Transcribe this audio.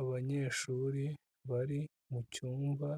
Abanyeshuri bari mu cyumba